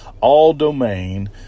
All-Domain